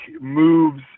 moves